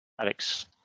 alex